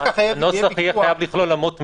הנוסח יהיה חייב לכלול אמות מידה.